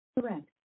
Correct